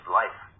life